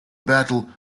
battle